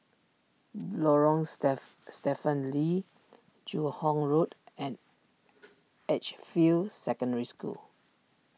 Lorong stiff Stephen Lee Joo Hong Road and Edgefield Secondary School